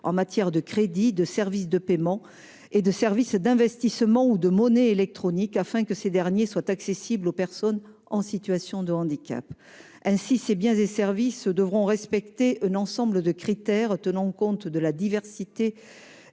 en matière de crédit, de services de paiement, de services d'investissement ou de monnaie électronique, afin que ces derniers soient accessibles aux personnes en situation de handicap. Ainsi, ces biens et services devront respecter un ensemble de critères tenant compte de la diversité